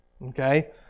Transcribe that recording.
Okay